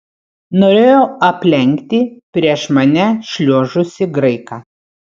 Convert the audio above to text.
norėjau aplenkti prieš mane šliuožusį graiką